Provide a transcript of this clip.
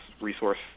resource